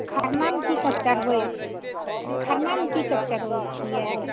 खरनामे कीसभ चढ़बैत छियै